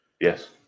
Yes